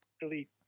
Delete